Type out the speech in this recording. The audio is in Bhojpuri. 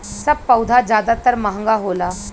सब पउधा जादातर महंगा होला